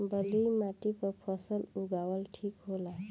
बलुई माटी पर फसल उगावल ठीक होला?